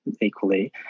equally